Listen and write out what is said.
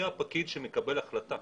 מי הפקיד שמקבל החלטה?